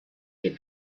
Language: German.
dem